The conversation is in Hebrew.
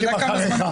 אתה יודע כמה זמן?